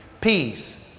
peace